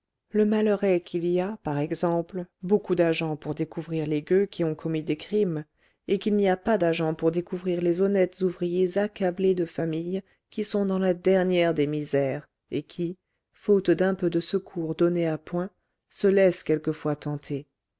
le malheur est qu'il y a par exemple beaucoup d'agents pour découvrir les gueux qui ont commis des crimes et qu'il n'y a pas d'agents pour découvrir les honnêtes ouvriers accablés de famille qui sont dans la dernière des misères et qui faute d'un peu de secours donné à point se laissent quelquefois tenter